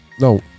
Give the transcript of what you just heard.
No